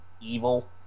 evil